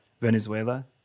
Venezuela